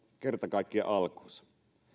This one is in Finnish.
kerta kaikkiaan alkuunsa